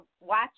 watch